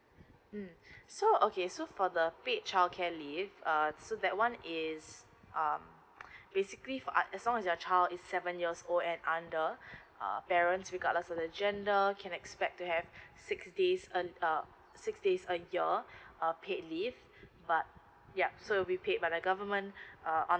mm so okay so for the paid childcare leave uh so that one is um basically for uh as long as your child is seven years old and under uh parents regardless of the gender can expect to have six days uh uh six days a year err paid leave buy yup so it'll be paid by the government uh on